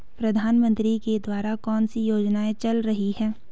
प्रधानमंत्री के द्वारा कौनसी योजनाएँ चल रही हैं?